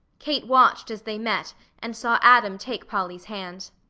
kate watched as they met and saw adam take polly's hand.